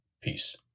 Peace